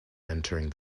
entering